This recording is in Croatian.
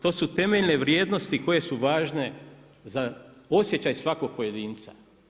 To su temeljne vrijednosti koje su važne za osjećaj svakog pojedinca.